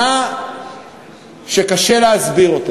שלו,